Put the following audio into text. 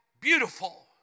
beautiful